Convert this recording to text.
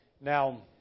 Now